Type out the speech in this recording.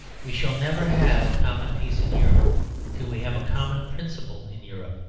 we shall never have a common peace in europe till we have a common principle in europe.